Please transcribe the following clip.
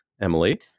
Emily